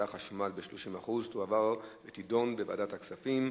החשמל ב-30% תועבר ותידון בוועדת הכספים.